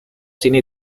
cine